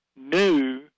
new